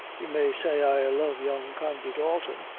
you may say i love young condy dalton,